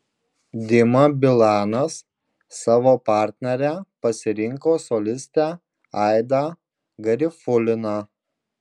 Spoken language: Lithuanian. dima bilanas savo partnere pasirinko solistę aidą garifuliną